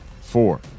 four